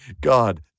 God